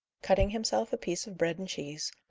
cutting himself a piece of bread and cheese,